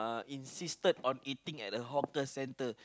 insisted on eating at the hawker center